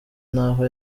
naho